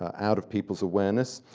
ah out of people's awareness.